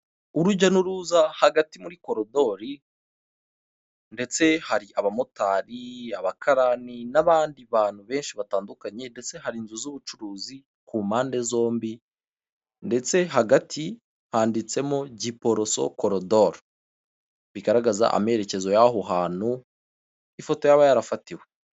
Urujya n'uruza hagati muri korodori ndetse hari abamotari, abakarani, n'abandi bantu benshi batandukanye, ndetse hari inzu z'ubucuruzi ku mpande zombi, ndetse hagati handitsemo giporoso korodori bigaragaza amerekezo y'aho hantu ifoto yaba yarafatiwe.